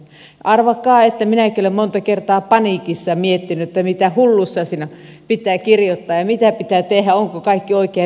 arvatkaa olenko minäkin monta kertaa paniikissa miettinyt mitä hullua sinne pitää kirjoittaa ja mitä pitää tehdä onko kaikki oikein ja pelännyt valvontaa